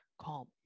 calm